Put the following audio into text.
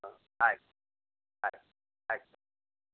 ಹಾಂ ಆಯ್ತು ಆಯ್ತು ಆಯ್ತು